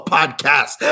Podcast